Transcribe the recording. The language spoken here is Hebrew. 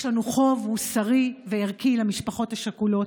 יש לנו חוב מוסרי וערכי למשפחות השכולות.